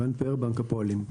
עירן פאר, בנק הפועלים.